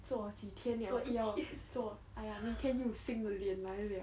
做几天了不要做哎呀明天又有新的脸来了